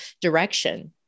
direction